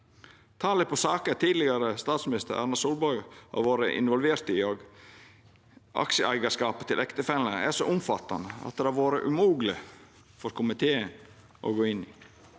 Talet på saker tidlegare statsminister Erna Solberg har vore involvert i, og aksjeeigarskapet til ektefellen hennar er så omfattande at det har vore umogleg for komiteen å gå inn